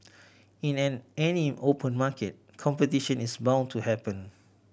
in any open market competition is bound to happen